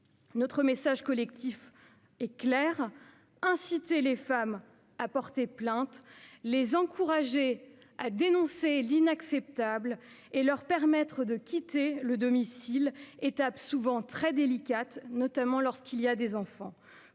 Notre message collectif est clair : inciter les femmes à porter plainte, les encourager à dénoncer l'inacceptable et leur permettre de quitter le domicile, étape souvent cruciale et délicate, notamment lorsqu'il y a des enfants.